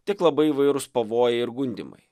tiek labai įvairūs pavojai ir gundymai